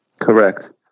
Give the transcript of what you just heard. Correct